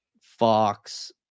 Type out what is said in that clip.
Fox